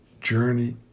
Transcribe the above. journey